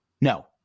No